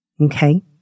Okay